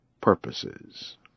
purposes